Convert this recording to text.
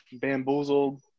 bamboozled